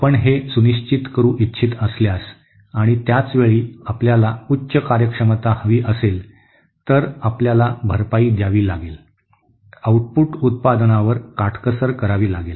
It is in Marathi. आपण हे सुनिश्चित करू इच्छित असल्यास आणि त्याच वेळी आपल्याला उच्च कार्यक्षमता हवी असेल तर आपल्याला भरपाई द्यावी लागेल आउटपुट उत्पादनावर काटकसर करावी लागेल